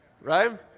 right